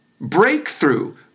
Breakthrough